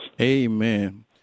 Amen